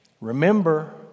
Remember